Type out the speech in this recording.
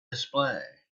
display